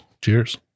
Cheers